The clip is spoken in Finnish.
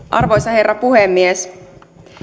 arvoisa herra puhemies